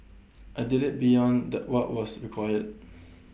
I did IT beyond what was required